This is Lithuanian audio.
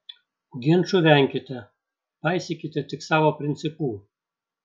ginčų venkite paisykite tik savo principų